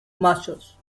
masters